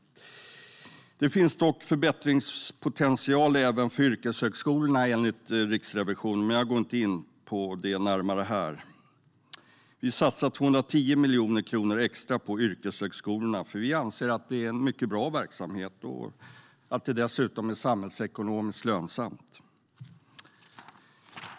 Det finns dock förbättringspotential även för yrkeshögskolorna enligt Riksrevisionen, men jag går inte in närmare på det här. Vi satsar 210 miljoner kronor extra på yrkeshögskolorna, för vi anser att det är en mycket bra verksamhet och att det dessutom är samhällsekonomiskt lönsamt.